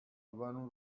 one